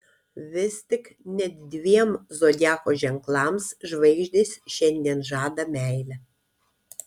vis tik net dviem zodiako ženklams žvaigždės šiandien žadą meilę